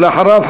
ואחריו,